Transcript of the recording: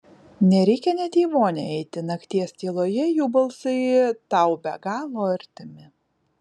nereikia net į vonią eiti nakties tyloje jų balsai tau be galo artimi